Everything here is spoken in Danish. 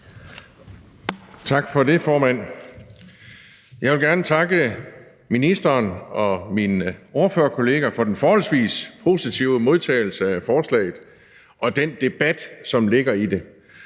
Tak for det, formand. Jeg vil gerne takke ministeren og mine ordførerkollegaer for den forholdsvis positive modtagelse af forslaget og for den debat, som ligger i det.